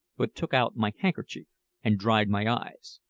but took out my handkerchief and dried my eyes.